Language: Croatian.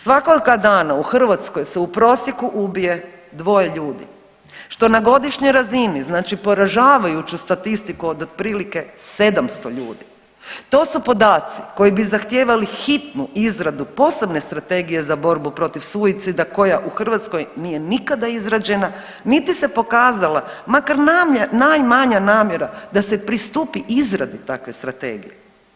Svakoga dana u Hrvatskoj se u prosjeku ubije dvoje ljudi, što na godišnjoj razini znači poražavajuću statistiku od otprilike 700 ljudi, to su podaci koji bi zahtijevali hitnu izradu posebne Strategije za borbu protiv suicida koja u Hrvatskoj nije nikada izrađena, niti se pokazala makar najmanja namjera da se pristupi izradi takve strategije.